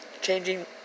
changing